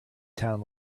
town